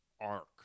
arc